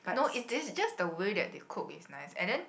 no it taste just the way that they cook is nice and then